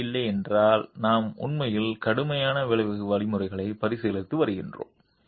இடைவெளி இல்லை என்றால் நாம் உண்மையில் கடுமையான வளைவு வழிமுறைகளை பரிசீலித்து வருகிறோம்